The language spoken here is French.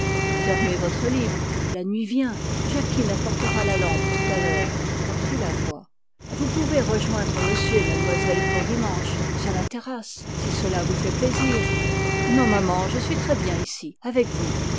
fermez votre livre la nuit vient jacquine apportera la lampe tout à l'heure reprit la voix vous pouvez rejoindre monsieur et mademoiselle courdimanche sur la terrasse si cela vous fait plaisir non maman je suis très bien ici avec vous